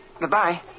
Goodbye